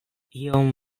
iom